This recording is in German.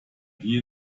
die